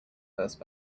first